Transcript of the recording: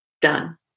done